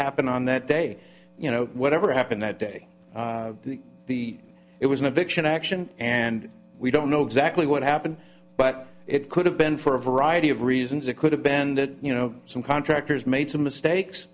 happened on that day you know whatever happened that day the it was an eviction action and we don't know exactly what happened but it could have been for a variety of reasons it could have bended you know some contractors made some mistakes